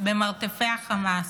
במרתפי החמאס.